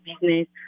business